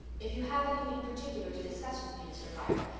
if you have anything particular to discuss with me, mr. pryor,